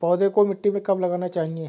पौधें को मिट्टी में कब लगाना चाहिए?